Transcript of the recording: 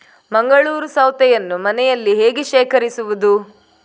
ಮಂಗಳೂರು ಸೌತೆಯನ್ನು ಮನೆಯಲ್ಲಿ ಹೇಗೆ ಶೇಖರಿಸುವುದು?